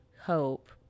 hope